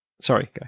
sorry